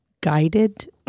guided